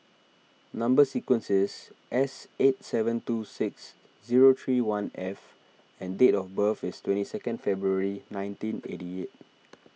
Number Sequence is S eight seven two six zero three one F and date of birth is twenty second February nineteen eighty eight